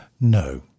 No